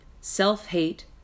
Self-hate